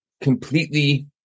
completely